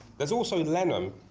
there's also lenham